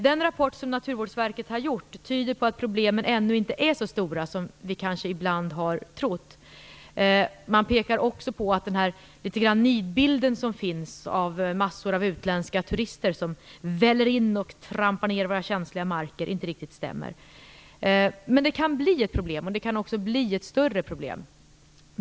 Den rapport som Naturvårdsverket har gjort tyder på att problemen ännu inte är så stora som vi kanske ibland har trott. Man pekar också på att den nidbild som ibland finns av massor av utländska turister som väller in och trampar ner våra känsliga marker inte riktigt stämmer. Men det kan bli ett problem, och det kan också bli ett större problem.